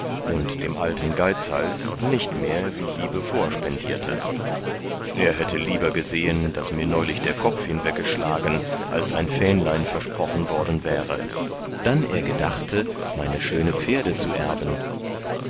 und dem alten geizhals nicht mehr wie hiebevor spendierte er hätte lieber gesehen daß mir neulich der kopf hinweggeschlagen als ein fähnlein versprochen worden wäre dann er gedachte meine schöne pferde zu erben